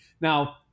Now